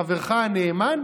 לחברך הנאמן?